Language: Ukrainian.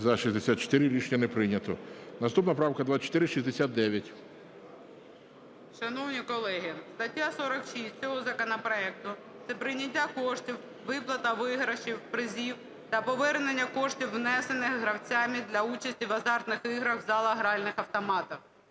За-64 Рішення не прийнято. Наступна правка 2469. 12:46:55 КОРОЛЕВСЬКА Н.Ю. Шановні колеги, стаття 46 цього законопроекту – це "Прийняття коштів, виплата виграшів (призів) та повернення коштів, внесених гравцями для участі в азартних іграх в залах гральних автоматів".